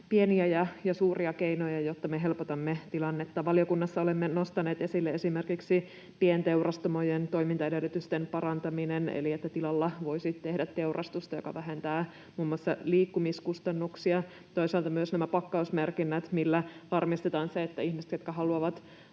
pieniä ja suuria keinoja, jotta me helpotamme tilannetta. Valiokunnassa olemme nostaneet esille esimerkiksi pienteurastamojen toimintaedellytysten parantamisen eli että tilalla voisi tehdä teurastusta, mikä vähentää muun muassa liikkumiskustannuksia. Toisaalta myös nämä pakkausmerkinnät, millä varmistetaan se, että ihmiset, jotka haluavat